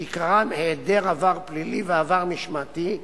שעיקרם היעדר עבר פלילי ועבר משמעתי,